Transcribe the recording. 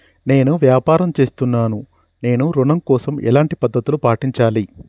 నేను వ్యాపారం చేస్తున్నాను నేను ఋణం కోసం ఎలాంటి పద్దతులు పాటించాలి?